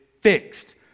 fixed